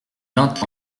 vingt